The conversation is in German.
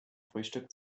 frühstück